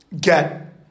get